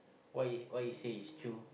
what he what he say is true